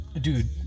dude